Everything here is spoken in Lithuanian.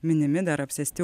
minimi dar apsėsti